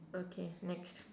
okay next